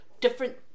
different